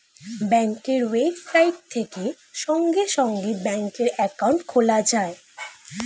ব্যাঙ্কের ওয়েবসাইট থেকে সঙ্গে সঙ্গে ব্যাঙ্কে অ্যাকাউন্ট খোলা যায়